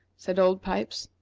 said old pipes.